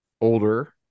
older